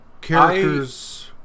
characters